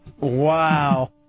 Wow